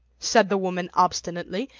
said the woman obstinately,